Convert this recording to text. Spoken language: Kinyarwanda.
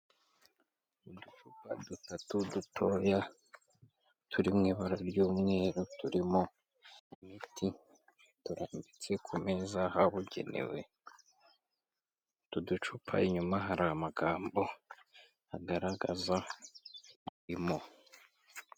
Uducupa dutatu dutoya turi mu ibara ry'umweru turimo imiti turambitse ku meza habugenewe, utu ducupa inyuma hari amagambo agaragaza impu.